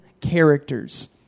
characters